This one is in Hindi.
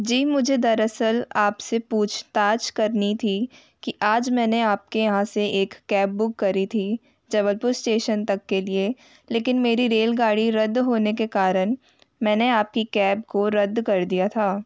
जी मुझे दरअसल आपसे पूछताछ करनी थी कि आज मैंने आपके यहाँ से एक कैब बुक करी थी जबलपुर स्टेशन तक के लिए लेकिन मेरी रेलगाड़ी रद्द होने के कारण मैंने आपकी कैब को रद्द कर दिया था